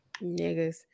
niggas